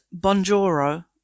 Bonjoro